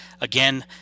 again